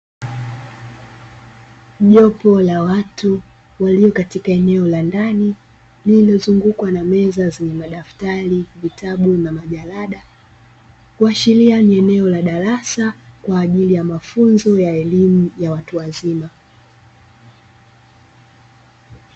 Jopo la watu walio katika eneo la ndani lilizungukwa na meza zenye madaftari vitabu na majalada, kuashiria ni eneo la darasa kwa ajili ya mafunzo ya elimu ya watu wazima